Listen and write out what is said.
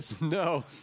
No